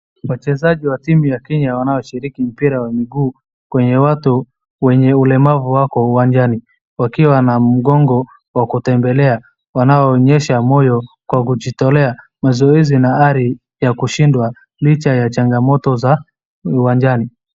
Wachezaji wa timu ya Kenya wanaoshiriki kwa mpira wa miguu kwenye watu wenye ulemavu wako uwanjani wakiwa na mgongo wa kutembelea. Wanaonyesha moyo kwa kujitolea mazoezi na hali ya kushindwa licha ya changamoto za uwanjani.